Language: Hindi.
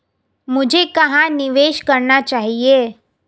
मुझे कहां निवेश करना चाहिए?